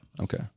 okay